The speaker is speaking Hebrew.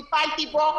טיפלתי בו,